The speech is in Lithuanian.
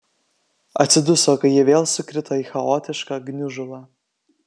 atsiduso kai jie vėl sukrito į chaotišką gniužulą